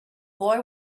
boy